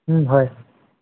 হয়